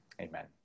Amen